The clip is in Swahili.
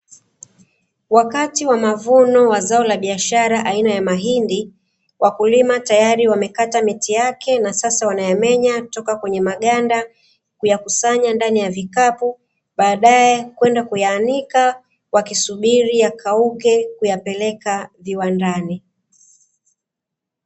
Wakati wa mavuno wa zao la biashara aina ya mahindi wakulima tayari wamekata miti yake na sasa wanayamenya kutoka kwenye maganda na kuyakusanya ndani ya vikapu badae kwenda kuyaanika wakisubiri yakauke na kuyapeleka viwandani.